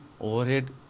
overhead